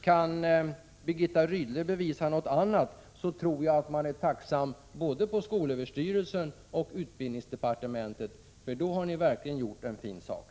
Kan Birgitta Rydle bevisa någonting annat, tror jag man skulle vara tacksam både på skolöverstyrelsen och på utbildningsdepartementet, för då har hon verkligen gjort en bra insats.